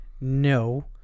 no